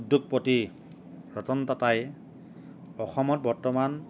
উদ্যোগপতি ৰতন টাটাই অসমত বৰ্তমান